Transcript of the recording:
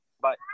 Bye